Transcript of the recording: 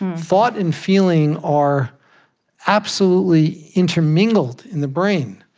thought and feeling are absolutely intermingled in the brain,